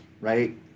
right